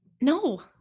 No